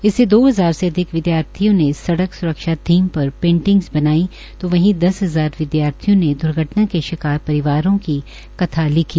इससे दो हजार से अधिक विद्यार्थियों ने सड़क स्रक्षा थीम पर पेंटिंगस बनाई तो वहीं दस हजार विद्यार्थियों ने द्र्घटना के शिकार परिवारों की कथा लिखी